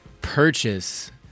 Purchase